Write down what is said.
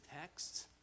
texts